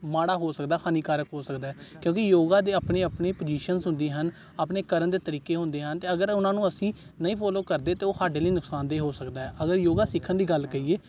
ਮਾੜਾ ਹੋ ਸਕਦਾ ਹਾਨੀਕਾਰਕ ਹੋ ਸਕਦਾ ਕਿਉਂਕਿ ਯੋਗਾ ਦੇ ਆਪਣੇ ਆਪਣੇ ਪੁਜੀਸ਼ਨ ਹੁੰਦੀ ਹਨ ਆਪਣੇ ਕਰਨ ਦੇ ਤਰੀਕੇ ਹੁੰਦੇ ਹਨ ਅਤੇ ਅਗਰ ਉਹਨਾਂ ਨੂੰ ਅਸੀਂ ਨਹੀਂ ਫੋਲੋ ਕਰਦੇ ਤਾਂ ਉਹ ਸਾਡੇ ਲਈ ਨੁਕਸਾਨਦੇਹ ਹੋ ਸਕਦਾ ਅਗਰ ਯੋਗਾ ਸਿੱਖਣ ਦੀ ਗੱਲ ਕਹੀਏ